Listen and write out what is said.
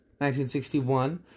1961